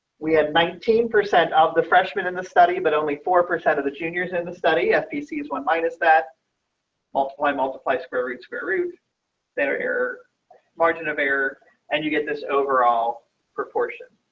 we had nineteen percent of the freshmen in the study, but only four percent of the juniors in the study ah fpc is one minus that multiply, multiply, square root, square root that are error margin of error and you get this overall proportion